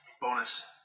bonus